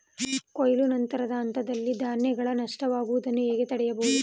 ಕೊಯ್ಲು ನಂತರದ ಹಂತದಲ್ಲಿ ಧಾನ್ಯಗಳ ನಷ್ಟವಾಗುವುದನ್ನು ಹೇಗೆ ತಡೆಯಬಹುದು?